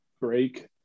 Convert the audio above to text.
break